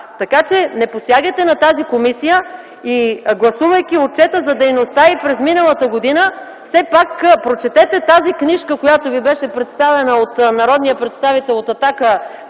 Така, че не посягайте на тази комисия и гласувайки отчета за дейността й през миналата година, все пак прочетете книжката, която Ви беше представена от народния представител от „Атака”